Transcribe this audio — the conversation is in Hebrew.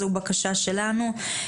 זו בקשה שלנו.